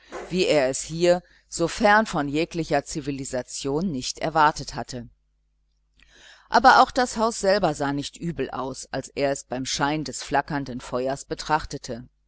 wie er es hier so fern von jeglicher zivilisation nicht erwartet hatte aber auch das haus selber sah nicht übel aus als er es beim schein des flackernden feuers betrachtete